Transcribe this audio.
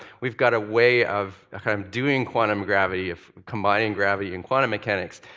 we've got a way of um doing quantum gravity, of combining gravity and quantum mechanics.